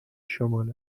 شمال